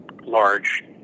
large